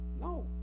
No